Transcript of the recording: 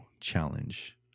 challenge